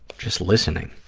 just listening.